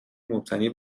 مبتنی